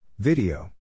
Video